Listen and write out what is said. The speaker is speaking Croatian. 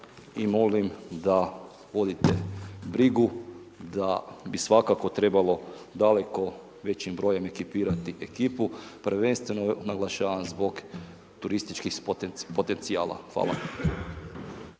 i molim da vodite brigu d bi svakako trebalo daleko većim brojem ekipirati ekipu prvenstveno naglašavam zbog turističkih potencijala. Hvala.